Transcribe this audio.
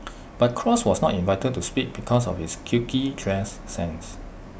but cross was not invited to speak because of his quirky dress sense